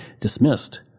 dismissed